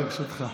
אין קיזוז.